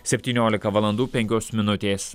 septyniolika valandų penkios minutės